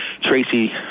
Tracy